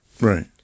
Right